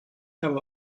habe